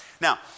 Now